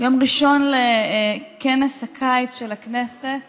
יום ראשון לכנס הקיץ של הכנסת